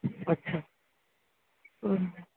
अच्छा ओ